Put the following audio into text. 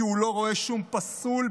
כי הוא לא רואה שום פסול במעשיו.